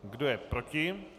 Kdo je proti?